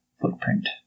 footprint